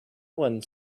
one